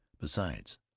Besides